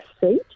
seat